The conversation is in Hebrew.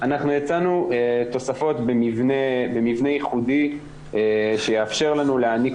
אנחנו הצענו תוספות במבנה ייחודי שיאפשר לנו להעניק